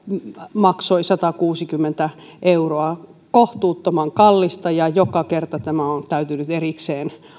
maksoi satakuusikymmentä euroa kohtuuttoman kallista ja joka kerta tämä on täytynyt erikseen